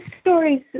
stories